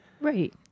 Right